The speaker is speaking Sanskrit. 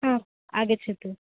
आ आगच्छतु